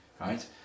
right